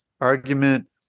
argument